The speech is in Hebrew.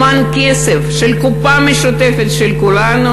למען הכסף של הקופה המשותפת של כולנו,